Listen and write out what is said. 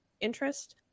interest